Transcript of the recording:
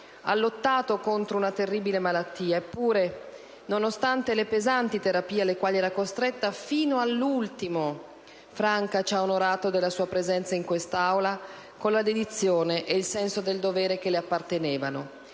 ha lottato contro una terribile malattia, eppure, nonostante le pesanti terapie alle quali era costretta, fino all'ultimo ci ha onorato della sua presenza in quest'Aula, con la dedizione ed il senso del Governo che le appartenevano.